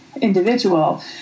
individual